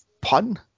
pun